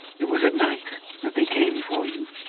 it was at night that they came for you,